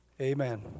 Amen